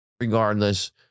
regardless